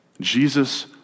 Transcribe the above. Jesus